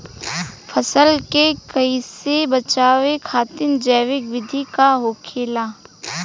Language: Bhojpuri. फसल के कियेसे बचाव खातिन जैविक विधि का होखेला?